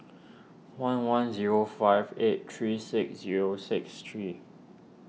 one one zero five eight three six zero six three